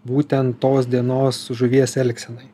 būtent tos dienos žuvies elgsenai